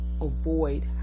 avoid